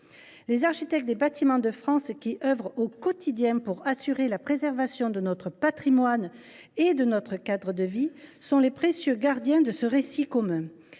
Les architectes des Bâtiments de France, qui œuvrent au quotidien pour assurer la préservation de notre patrimoine et de notre cadre de vie, sont les précieux gardiens de ce récit commun.